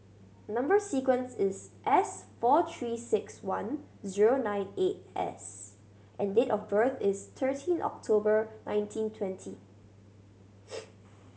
number sequence is S four Three Six One zero nine eight S and date of birth is thirteen October nineteen twenty